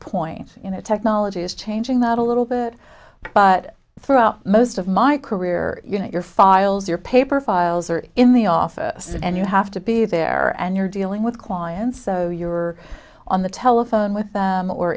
know technology is changing that a little bit but throughout most of my career you know your files your paper files are in the office and you have to be there and you're dealing with clients so you're on the telephone with